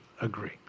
agree